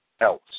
else